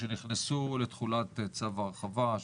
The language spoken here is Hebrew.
שנכנסו לתחולת צו ההרחבה,